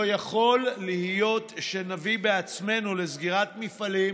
לא יכול להיות שנביא בעצמנו לסגירת מפעלים